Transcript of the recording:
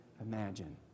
imagine